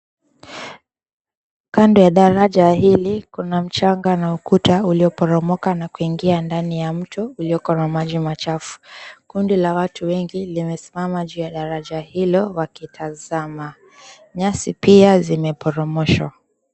Kando ya daraja hili kuna mchanga na ukuta ulioporomoka na kuingia ndani ya mto ulioko na maji machafu. Kundi la watu wengi limesimama juu ya daraja hilo wakitazama. Nyasi pia zimeporomoshwa.